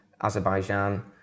Azerbaijan